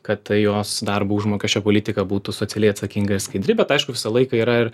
kad ta jos darbo užmokesčio politika būtų socialiai atsakinga ir skaidri bet aišku visą laiką yra